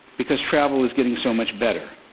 because travel is getting so much better.